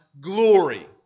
glory